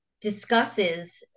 discusses